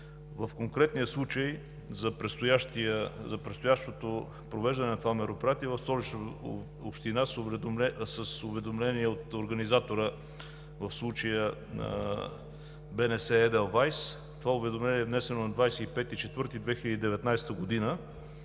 В конкретния случай за предстоящото провеждане на това мероприятие в Столична община с уведомление от организатора, в случая „БНС – Еделвайс“, това уведомление е внесено на 25 април 2019 г.,